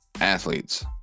Athletes